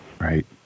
Right